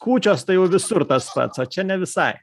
kūčios tai visur tas pats o čia ne visai